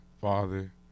father